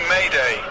Mayday